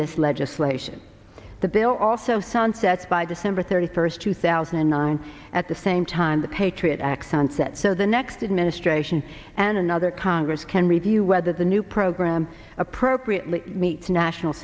this legislation the bill also sunsets by december thirty first two thousand and nine at the same time the patriot act sunset so the next administration and another congress can review whether the new program appropriately meets national